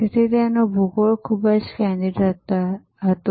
તેથી તેનુ ભૂગોળ ખૂબ જ કેન્દ્રિત હતું